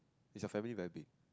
is your family very big